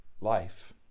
life